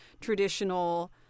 traditional